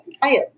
quiet